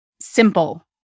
simple